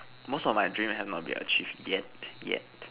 most of my dream have not been achieved yet yet